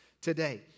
today